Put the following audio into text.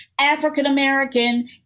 african-american